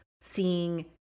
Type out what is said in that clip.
seeing